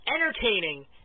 entertaining